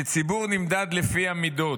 שציבור נמדד לפי המידות,